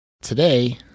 Today